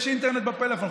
יש אינטרנט בפלאפון.